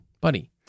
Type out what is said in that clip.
buddy